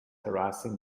harassing